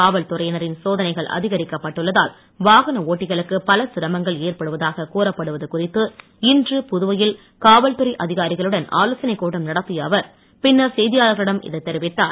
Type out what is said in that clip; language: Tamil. காவல்துறையினரின் சோதனைகள் அதிகரிக்கப்பட்டுள்ளதால் வாகன ஓட்டிகளுக்கு வல சிரமங்கள் ஏற்படுவதாக கூறப்படுவது குறித்து இன்று புதுவையில் காவல்துறை அதிகாரிகளுடன் ஆலோசனை கூட்டம் நடத்திய அவர் பின்னர் செய்தியாளர்களிடம் இதை தெரிவித்தார்